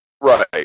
right